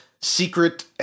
secret